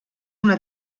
una